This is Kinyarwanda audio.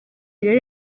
imbere